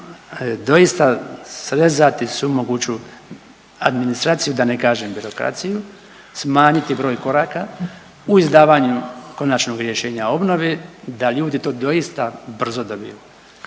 doista srezati svu moguću administraciju da ne kažem birokraciju, smanjiti broj koraka u izdavanju konačnog rješenja u obnovi da ljudi to doista brzo dobiju.